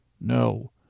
no